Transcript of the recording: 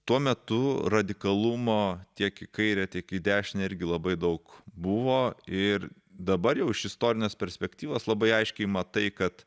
tuo metu radikalumo tiek į kairę tiek į dešinę irgi labai daug buvo ir dabar jau iš istorinės perspektyvos labai aiškiai matai kad